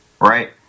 right